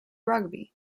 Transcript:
rugby